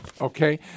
Okay